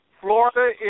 Florida